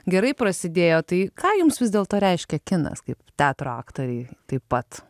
gerai prasidėjo tai ką jums vis dėlto reiškia kinas kaip teatro aktorei taip pat